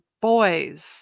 boys